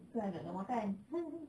ke tak tahu makan